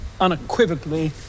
Unequivocally